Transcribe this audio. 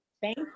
Thank